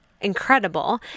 incredible